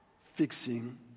fixing